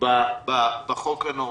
בחוק הנורווגי.